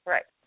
Right